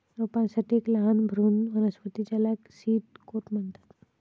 रोपांसाठी एक लहान भ्रूण वनस्पती ज्याला सीड कोट म्हणतात